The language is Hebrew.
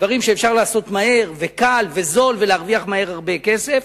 דברים שאפשר לעשות מהר וקל וזול ולהרוויח מהר הרבה כסף,